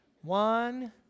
one